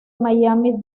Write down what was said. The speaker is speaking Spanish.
miami